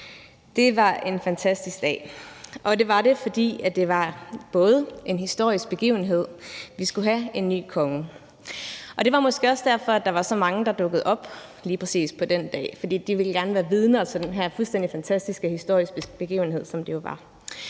det var det, til dels fordi det var en historisk begivenhed. Vi skulle have en ny konge. Det var måske også derfor, der var så mange, der dukkede op lige præcis den dag. Det var, fordi de gerne ville være vidne til den her fuldstændig fantastiske historiske begivenhed,